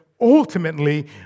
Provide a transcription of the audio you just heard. Ultimately